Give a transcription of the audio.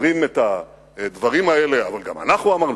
אומרים את הדברים האלה: אבל גם אנחנו אמרנו.